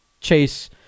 chase